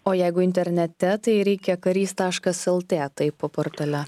o jeigu internete tai reikia karys taškas lt taip portale